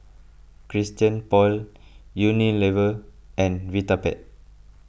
Christian Paul Unilever and Vitapet